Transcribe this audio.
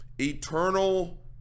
Eternal